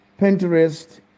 Pinterest